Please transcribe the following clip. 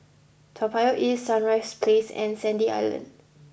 Toa Payoh East Sunrise Place and Sandy Island